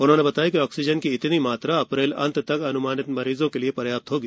उन्होंने बताया कि ऑक्सीजन की इतनी मात्रा अप्रैल अंत तक अन्मानित मरीजों के लिए पर्याप्त होगी